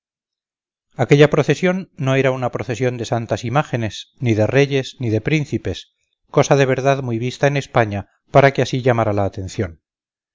aquella procesión no era una procesión de santas imágenes ni de reyes ni de príncipes cosa en verdad muy vista en españa para que así llamara la atención